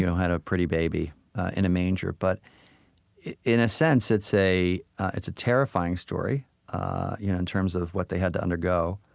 you know had a pretty baby in a manger. but in a sense, it's a it's a terrifying story ah yeah in terms of what they had to undergo.